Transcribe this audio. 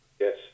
Yes